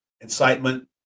incitement